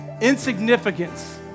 insignificance